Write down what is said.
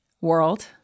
world